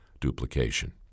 duplication